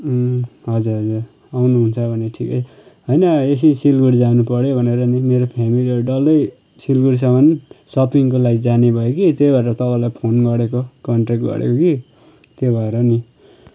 हजुर हजुर आउनुहुन्छ भने ठिकै होइन एकछिन सिलगढी जानुपर्यो भनेर नि मेरो फेमिली त डल्लै सिलगढीसम्म सपिङको लागि जाने भयो कि त्यही भएर तपाईँलाई फोन गरेको कन्टेक्ट गरेको कि त्यही भएर नि